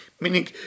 meaning